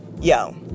yo